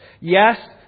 Yes